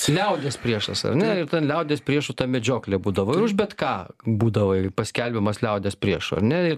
liaudies priešas ar ne ir ten liaudies priešu ta medžioklė būdavo ir už bet ką būdavo ir paskelbiamas liaudies priešo ar ne